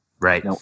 Right